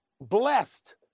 blessed